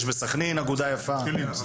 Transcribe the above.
בסכנין אגודה יפה.